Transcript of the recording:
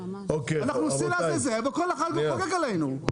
אנחנו הולכים לעזאזל וכל אחד פה חוגג עלינו.